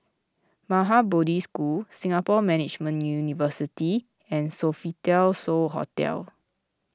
Maha Bodhi School Singapore Management University and Sofitel So Hotel